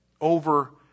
over